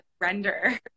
render